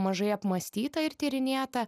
mažai apmąstyta ir tyrinėta